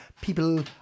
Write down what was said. people